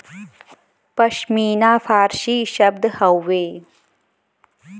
पश्मीना फारसी शब्द हउवे